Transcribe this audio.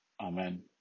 Amen